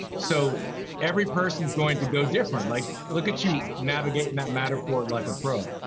so every person's going to go different, like look at you navigating that matterport like a pro.